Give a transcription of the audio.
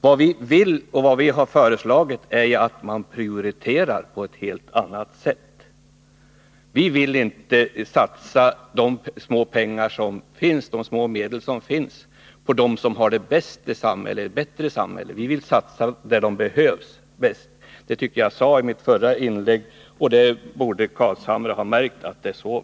Vad vi har föreslagit är ju att man prioriterar på ett helt annat sätt. Vi vill inte satsa de små medel som finns på dem som har det bättre i samhället. Vi vill satsa de medlen där de behövs bäst. Det sade jag i mitt förra inlägg, så det borde Nils Carlshamre vara medveten om.